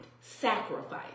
sacrifice